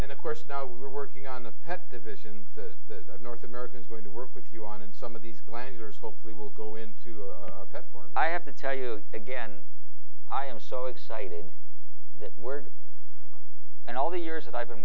nd of course now we're working on the pet divisions the north american is going to work with you on and some of these glanders hopefully will go into that for i have to tell you again i am so excited that we're and all the years that i've been